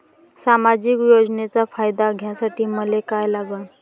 सामाजिक योजनेचा फायदा घ्यासाठी मले काय लागन?